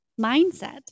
mindset